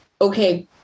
okay